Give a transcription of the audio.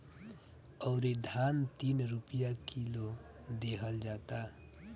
अउरी धान तीन रुपिया किलो देहल जाता